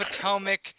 Potomac